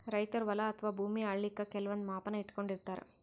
ರೈತರ್ ಹೊಲ ಅಥವಾ ಭೂಮಿ ಅಳಿಲಿಕ್ಕ್ ಕೆಲವಂದ್ ಮಾಪನ ಇಟ್ಕೊಂಡಿರತಾರ್